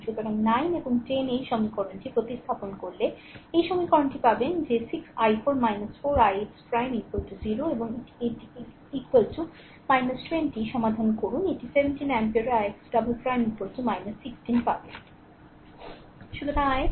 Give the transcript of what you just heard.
সুতরাং 9 এবং 10 এই সমীকরণটি প্রতিস্থাপন করলে এই সমীকরণটি পাবেন যে 6 i4 4 ix ' 0 এবং এটি একটি 20 সমাধান করুন এটি 17 এমপিয়ারে ix' ' 16 পাবে